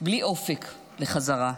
בלי אופק לחזרה,